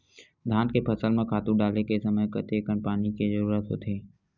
धान के फसल म खातु डाले के समय कतेकन पानी के जरूरत होथे?